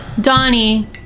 Donnie